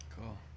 Cool